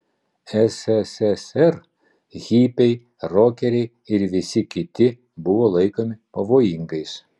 sssr hipiai rokeriai ir visi kiti buvo laikomi pavojingais